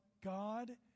God